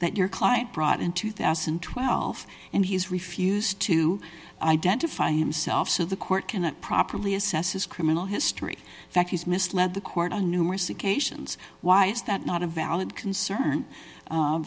that your client brought in two thousand and twelve and he's refused to identify himself so the court cannot properly assess his criminal history that he's misled the court on numerous occasions why is that not a valid concern